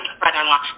brother-in-law